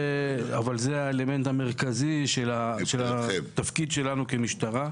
אבל זה האלמנט המרכזי של התפקיד שלנו כמשטרה.